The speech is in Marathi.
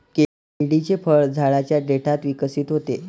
केळीचे फळ झाडाच्या देठात विकसित होते